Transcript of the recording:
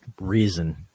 reason